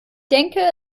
denke